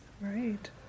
Right